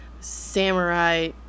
samurai